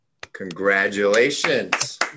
Congratulations